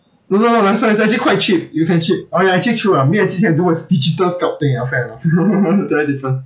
no no no lester it's actually quite cheap you can shape or I teach you ah me and jun quan do was digital sculpting ah fair lah very different